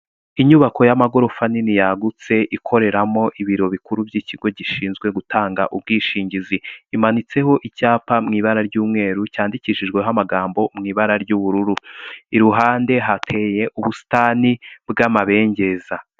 Inyubako y'amagorofa manini yagutse ikoreramo ibiro bikuru by'ikigo gishinzwe gutanga ubwishingizi, imanitseho icyapa mu ibara ry'umweru cyandikishijweho amagambo mu ibara ry'ubururu iruhande hateye ubusitani bw'amabengeza.